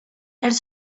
elle